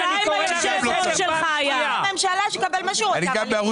ראש הממשלה, שיקבל מה שהוא רוצה, אבל לאשתו?